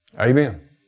Amen